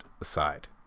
aside